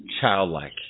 childlike